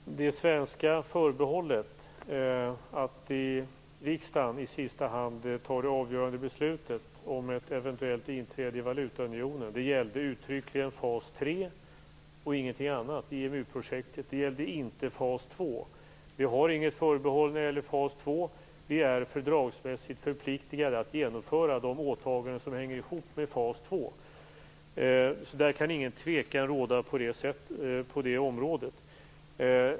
Herr talman! Det svenska förbehållet att riksdagen i sista hand fatta det avgörande beslutet om ett eventuellt inträde i valutaunionen gällde uttryckligen fas 3 och ingenting annat i EMU-projektet, inte fas 2. Vi har inget förbehåll när det gäller fas 2. Vi är fördragsmässigt förpliktade att genomföra de åtaganden som hänger ihop med fas 2. Där kan ingen tvekan råda.